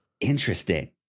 Interesting